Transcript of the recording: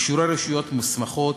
אישורי רשויות מוסמכות,